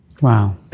Wow